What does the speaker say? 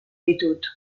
ditut